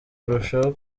arushaho